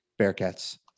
Bearcats